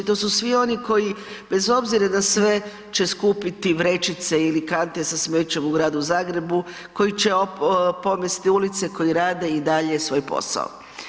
To su svi oni koji bez obzira na sve će skupiti vrećice ili kante sa smećem u Gradu Zagrebu, koji će pomesti ulice koji rade i dalje svoj posao.